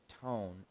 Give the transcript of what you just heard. tone